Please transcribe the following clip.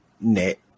net